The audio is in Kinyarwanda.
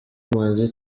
manzi